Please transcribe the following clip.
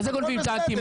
מה זה "גונבים טנקים"?